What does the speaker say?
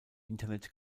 internet